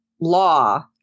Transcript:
law